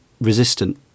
resistant